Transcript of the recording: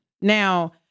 Now